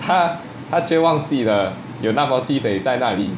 他他就忘记了有那个鸡腿在那里